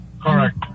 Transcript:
Correct